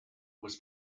was